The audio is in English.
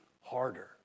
harder